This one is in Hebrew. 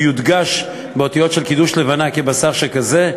והוא יודגש באותיות של קידוש לבנה כבשר שכזה,